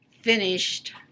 finished